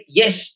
yes